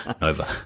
Nova